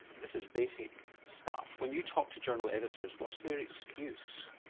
this is basic stuff. when you talk to journal editors what's their excuse?